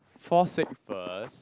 fall sick first